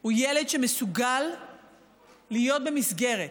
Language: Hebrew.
הוא ילד שמסוגל להיות במסגרת.